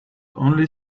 only